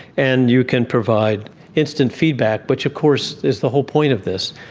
and you can provide instant feedback, which of course is the whole point of this,